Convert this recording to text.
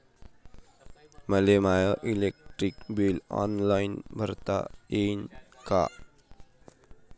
मले my electric bill online भरता येईन का?